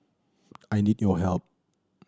I need your help